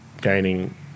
gaining